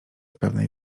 pewnej